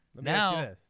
Now